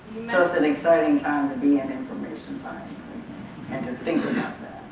so it's an exciting time to be in information science and to think